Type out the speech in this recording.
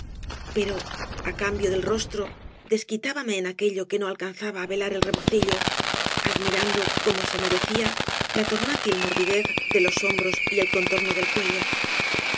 pero á cambio del rostro desquitábame en aquello que no alcanzaba á velar el rebocillo admirando como se merecía la tornátil morbidez de los hombros y el contorno del cuello